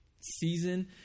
season